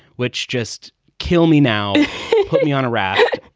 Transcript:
which just kill me now, put me on a raft.